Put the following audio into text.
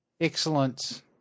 Excellent